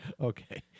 Okay